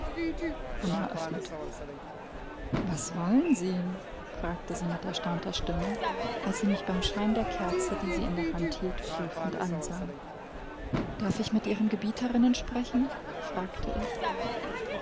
was wollen sie fragte sie mit erstaunter stimme als sie mich beim schein der kerze die sie in der hand hielt prüfend ansah darf ich mit ihren gebieterinnen sprechen fragte ich